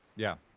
yeah.